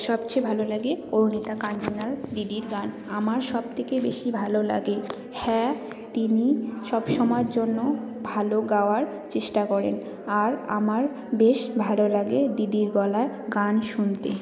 সবচেয়ে ভালো লাগে অরুণিতা কাঞ্জিলাল দিদির গান আমার সবথেকে বেশি ভালো লাগে হ্যাঁ তিনি সবসময়ের জন্য ভালো গাওয়ার চেষ্টা করেন আর আমার বেশ ভালো লাগে দিদির গলার গান শুনতে